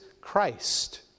Christ